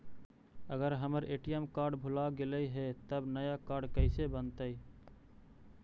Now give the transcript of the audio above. अगर हमर ATM card भुला गैलै हे तब नया काड कइसे बनतै?